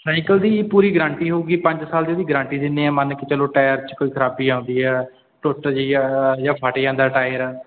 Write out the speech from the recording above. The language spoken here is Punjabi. ਸਾਈਕਲ ਦੀ ਪੂਰੀ ਗਰੰਟੀ ਹੋਊਗੀ ਪੰਜ ਸਾਲ ਦੀ ਉਹਦੀ ਗਰੰਟੀ ਦਿੰਦੇ ਹਾਂ ਮੰਨ ਕੇ ਚਲੋ ਟਾਇਰ 'ਚ ਕੋਈ ਖਰਾਬੀ ਆਉਂਦੀ ਆ ਟੁੱਟ ਜਾਵੇ ਜਾਂ ਫਟ ਜਾਂਦਾ ਟਾਇਰ